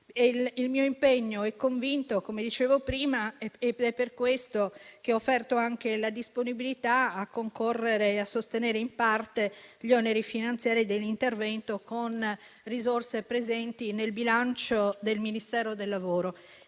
Il mio impegno è convinto, come dicevo prima; è per questo che ho offerto anche la disponibilità a concorrere e a sostenere in parte gli oneri finanziari dell'intervento, con risorse presenti nel bilancio del Ministero del lavoro.